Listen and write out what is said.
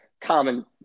common